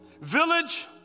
village